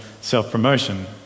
self-promotion